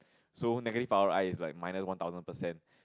so negative R_O_I is like minus one thousand percent